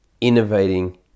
innovating